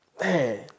man